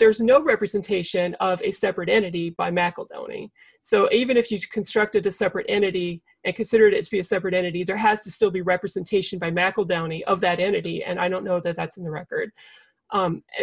there is no representation of a separate entity by macedonia so even if you've constructed a separate entity it considered it to be a separate entity there has to still be representation by medical downey of that entity and i don't know that that's in the record